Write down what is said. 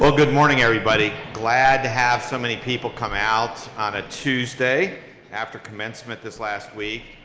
ah good morning, everybody. glad to have so many people come out on a tuesday after commencement this last week.